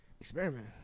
Experiment